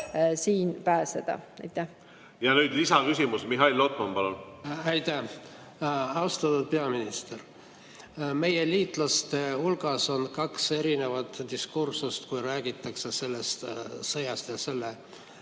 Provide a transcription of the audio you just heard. palun! Nüüd lisaküsimus, Mihhail Lotman, palun! Aitäh! Austatud peaminister! Meie liitlaste hulgas on kaks erinevat diskursust, kui räägitakse sellest sõjast ja selle